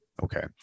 Okay